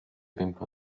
wimper